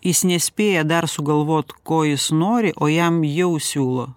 jis nespėja dar sugalvot ko jis nori o jam jau siūlo